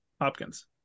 Hopkins